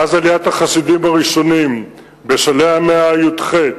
מאז עליית החסידים הראשונים בשלהי המאה הי"ח,